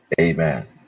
amen